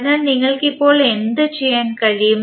അതിനാൽ നിങ്ങൾക്ക് ഇപ്പോൾ എന്തുചെയ്യാൻ കഴിയും